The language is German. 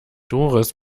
doris